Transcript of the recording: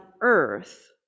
earth